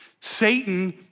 Satan